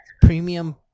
premium